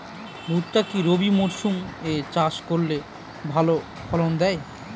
ভুট্টা কি রবি মরসুম এ চাষ করলে ভালো ফলন দেয়?